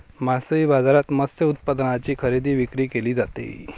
मासळी बाजारात मत्स्य उत्पादनांची खरेदी विक्री केली जाते